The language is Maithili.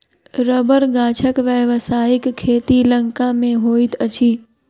रबड़ गाछक व्यवसायिक खेती लंका मे होइत अछि